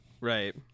Right